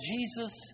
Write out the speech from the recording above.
Jesus